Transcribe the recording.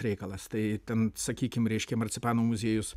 reikalas tai ten sakykim reiškia marcipanų muziejus